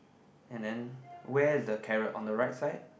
and then where the carrot on the right side